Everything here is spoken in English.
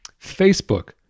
Facebook